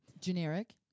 Generic